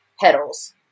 petals